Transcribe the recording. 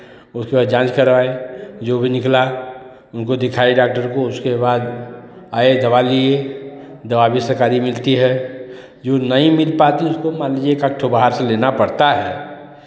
उसके बाद जांच कराए जो भी निकला उनको दिखाए डाक्टर को उसके बाद आए दवा लिये दवा भी सरकारी मिलती है जो नहीं मिल पाती है उसको मान लीजिये एक आध ठो बाहर से लेना पड़ता है